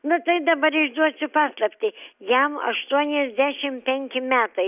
na tai dabar išduosiu paslaptį jam aštuoniasdešim penki metai